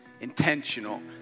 intentional